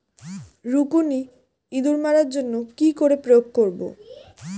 রুকুনি ইঁদুর মারার জন্য কি করে প্রয়োগ করব?